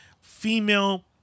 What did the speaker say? female